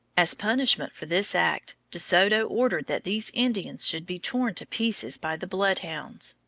as punishment for this act, de soto ordered that these indians should be torn to pieces by the bloodhounds.